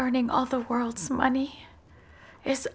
earning all the world's money is